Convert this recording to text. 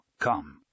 Come